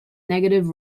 negative